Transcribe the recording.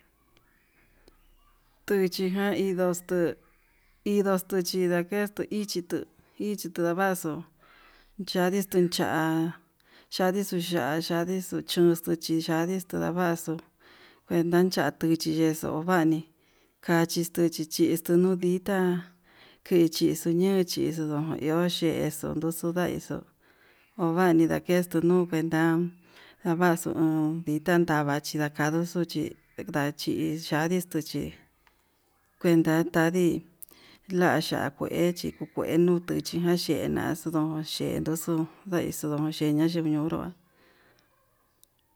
Tuchijan indoxtuu indotu tindakechu ichí, tuu ichi tuu ndavaxu chadii chú ya'á chadii xu ya'á yadixo xhuxtu xhi yandixu ndaxu kuenta vee, tuchi yexuu uvani kachi chextuu nuu ditá kichi ñuu nduchixuu no iho yexuu nduxoxo, ndaixu ovanidakexuu nuu kuenta davaxu o'on ditá ndava'a chindakaduxu chí kuenta chix yandixu chí kuenta tandi la'a ya'á kue chí ku kuenu tuchijan chena xudun chetuxun ndai xundunxeña yununrua.